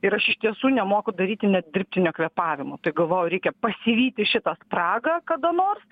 ir aš iš tiesų nemoku daryti net dirbtinio kvėpavimo tai galvoju reikia pasivyti šitą spragą kada nors